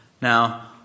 Now